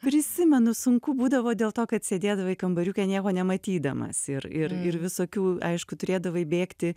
prisimenu sunku būdavo dėl to kad sėdėdavai kambariuke nieko nematydamas ir ir ir visokių aišku turėdavai bėgti